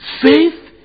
faith